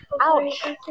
Ouch